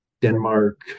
Denmark